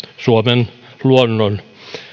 suomen luonnon